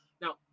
Now